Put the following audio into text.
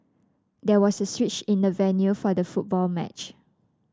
there was a switch in the venue for the football match